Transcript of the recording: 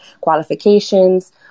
qualifications